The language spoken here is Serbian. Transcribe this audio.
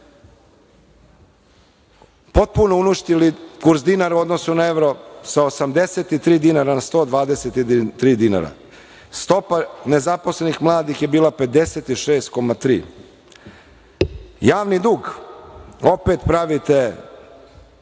potpuno uništili, kurs dinara u odnosu na evro, sa 83 dinara na 123 dinara. Stopa nezaposlenih mladih je bila 56,3. Javni dug, opet pravite